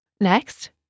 Next